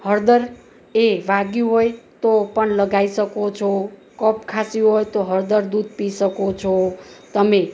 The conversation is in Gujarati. હળદર એ વાગ્યું હોય તો પણ લગાવી શકો છો કોપ ખાંસી હોય તો હળદર દૂધ પી શકો છો તમે